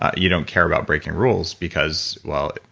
ah you don't care about breaking rules because well,